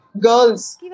girls